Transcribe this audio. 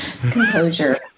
composure